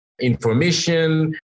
information